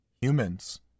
humans